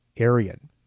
Aryan